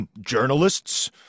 journalists